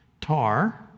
tar